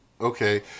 Okay